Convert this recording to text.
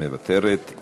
מוותרת.